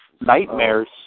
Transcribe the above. Nightmares